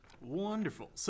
Wonderful